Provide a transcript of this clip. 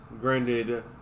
granted